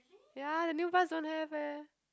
ya the new bus don't have eh